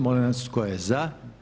Molim vas tko je za?